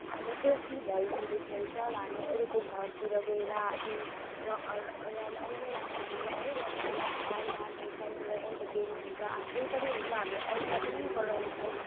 हामी देउसी भैलोहरू खेल्छ र हामी अरूको घरतिर गएर आफू र रमाइलो लाग्छ हामीलाई है र अन्त हामी त्यहाँनिर इन्टरटेन हुन्छ आफै पनि हुन्छ र हामी अरूलाई पनि गराउँछौँ इन्टरटेन